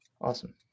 Awesome